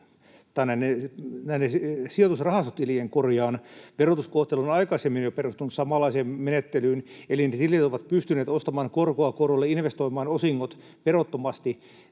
eli sijoitusrahastotilien verotuskohtelu on jo aikaisemmin perustunut samanlaiseen menettelyyn, eli ne tilit ovat pystyneet ostamaan korkoa korolle, investoimaan osingot verottomasti